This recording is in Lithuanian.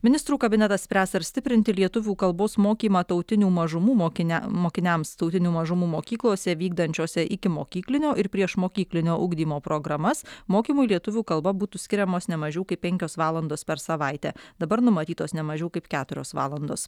ministrų kabinetas spręs ar stiprinti lietuvių kalbos mokymą tautinių mažumų mokinę mokiniams tautinių mažumų mokyklose vykdančiose ikimokyklinio ir priešmokyklinio ugdymo programas mokymui lietuvių kalba būtų skiriamos ne mažiau kaip penkios valandos per savaitę dabar numatytos ne mažiau kaip keturios valandos